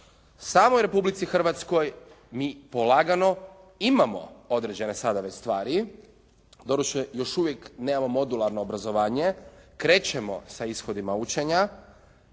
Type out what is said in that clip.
Samoj Republici Hrvatskoj mi polagano imamo određene sada već stvari, doduše još uvijek nemamo modularno obrazovanje, krećemo sa ishodima učenja,